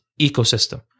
ecosystem